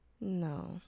No